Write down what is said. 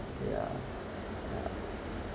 ya